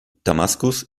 damaskus